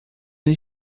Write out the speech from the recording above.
ele